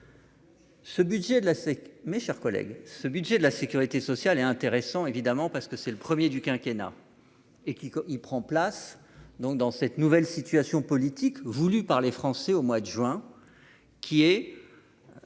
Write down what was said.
ce budget de la Sécurité sociale est intéressant évidemment parce que c'est le 1er du quinquennat et qui il prend place donc dans cette nouvelle situation politique voulue par les Français au mois de juin qui est